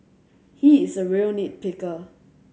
he is a real nit picker